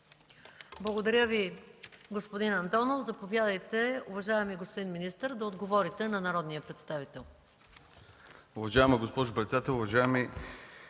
Благодаря Ви, господин Андонов. Заповядайте, уважаеми господин министър, да отговорите на народния представител.